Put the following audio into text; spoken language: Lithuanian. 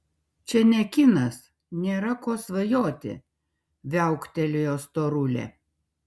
čia ne kinas nėra ko svajoti viauktelėjo storulė